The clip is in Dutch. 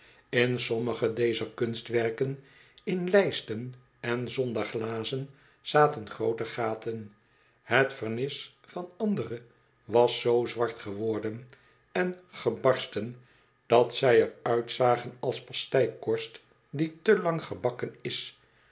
in sommige dezer kunstwerken in lijsten en zonder glazen zaten groote gaten het vernis van andere was zoo zwart geworden en gebarsten dat zij er uitzagen als pasteikorst die te lang gebakken is